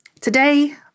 Today